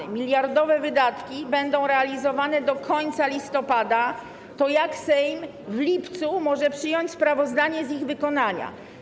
Skoro miliardowe wydatki będą realizowane do końca listopada, to jak Sejm w lipcu może przyjąć sprawozdanie z ich wykonania?